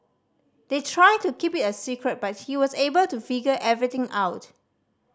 they tried to keep it a secret but he was able to figure everything out